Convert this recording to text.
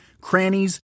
crannies